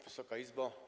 Wysoka Izbo!